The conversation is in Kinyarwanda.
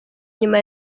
nyuma